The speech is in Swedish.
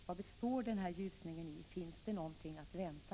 Vari består denna ljusning, finns det någonting att vänta?